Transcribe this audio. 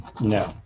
No